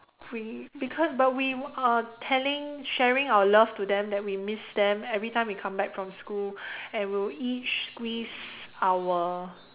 we because but we are telling sharing our love to them that we miss them every time we come back from school and we'll each squeeze our